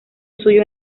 suyo